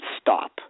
stop